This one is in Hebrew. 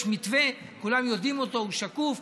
יש מתווה, כולם יודעים אותו, הוא שקוף.